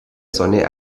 sonne